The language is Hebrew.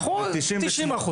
אולי ב90%.